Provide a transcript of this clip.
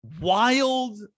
wild